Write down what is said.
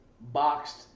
boxed